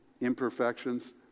imperfections